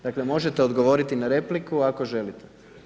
Dakle, možete odgovoriti na repliku ako želite.